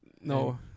No